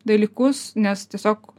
dalykus nes tiesiog